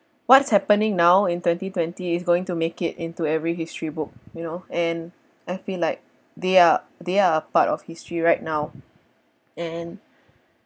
what's happening now in twenty twenty is going to make it into every history book you know and I feel like they are they are part of history right now and